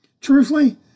Truthfully